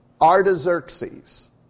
Artaxerxes